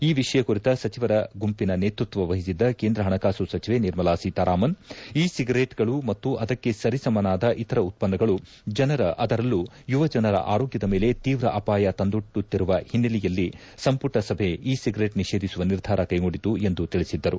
ಈ ವಿಷಯ ಕುರಿತ ಸಚಿವರ ಗುಂಪಿನ ನೇತೃತ್ವ ವಹಿಸಿದ್ದ ಕೇಂದ್ರ ಹಣಕಾಸು ಸಚಿವೆ ನಿರ್ಮಲಾ ಸೀತಾರಾಮನ್ ಇ ಸಿಗರೇಟ್ ಗಳು ಮತ್ತು ಅದಕ್ಕೆ ಸರಿಸಮನಾದ ಇತರ ಉತ್ಪನ್ನಗಳು ಜನರ ಅದರಲ್ಲೂ ಯುವಜನರ ಆರೋಗ್ದದ ಮೇಲೆ ತೀವ್ರ ಅಪಾಯ ತಂದೊಡ್ಡುತ್ತಿರುವ ಹಿನ್ನೆಲೆಯಲ್ಲಿ ಸಂಪುಟ ಸಭೆ ಇ ಸಿಗರೇಟ್ ನಿಷೇಧಿಸುವ ನಿರ್ಧಾರ ಕೈಗೊಂಡಿತು ಎಂದು ತಿಳಿಸಿದ್ದರು